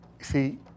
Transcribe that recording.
See